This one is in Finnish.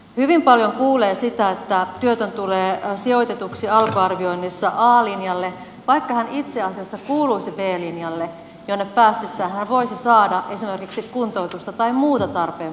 hyvin paljon kuulee sitä että työtön tulee sijoitetuksi alkuarvioinnissa a linjalle vaikka hän itse asiassa kuuluisi b linjalle jonne päästessään hän voisi saada esimerkiksi kuntoutusta tai muuta tarpeen mukaista palvelua